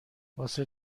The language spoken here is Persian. واسه